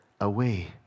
away